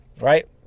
right